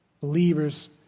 Believers